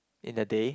in the day